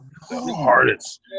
hardest